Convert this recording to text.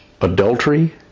adultery